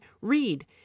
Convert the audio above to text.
read